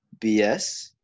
BS